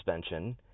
suspension